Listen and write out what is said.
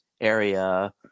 area